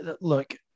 look